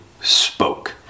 spoke